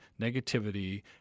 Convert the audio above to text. negativity